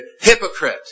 Hypocrite